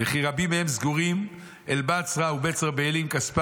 וייקח את אשר מן הגליל ובארבה עם הנשים